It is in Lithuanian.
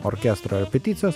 orkestro repeticijos